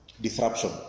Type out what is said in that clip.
Disruption